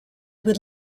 would